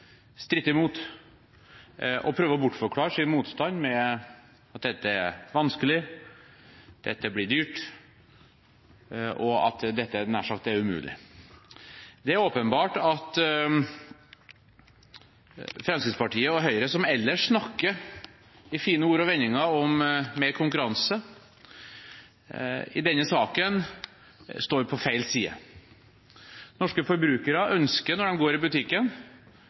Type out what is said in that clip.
imot og prøver å bortforklare sin motstand med at dette er vanskelig, at dette blir dyrt, og at dette nær sagt er umulig. Det er åpenbart at Fremskrittspartiet og Høyre, som ellers snakker i fine ord og vendinger om mer konkurranse, i denne saken står på feil side. Når norske forbrukere går i butikken, ønsker